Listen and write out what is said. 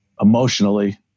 emotionally